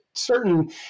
Certain